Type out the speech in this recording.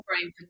brain